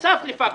בנוסף לפקטור,